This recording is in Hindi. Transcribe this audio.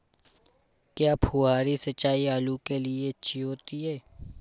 क्या फुहारी सिंचाई आलू के लिए अच्छी होती है?